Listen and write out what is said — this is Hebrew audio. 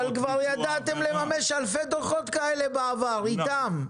אבל כבר ידעתם לממש אלפי דוחות כאלה בעבר אתם,